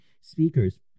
speakers